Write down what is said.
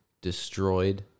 destroyed